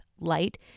light